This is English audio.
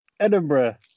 Edinburgh